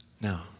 Now